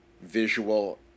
visual